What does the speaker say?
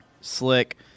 slick